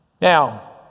Now